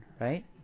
right